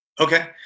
Okay